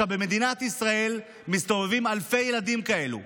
במדינת ישראל מסתובבים אלפי ילדים כאלה,